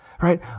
Right